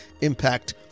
impact